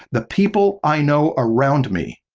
the people i know around me,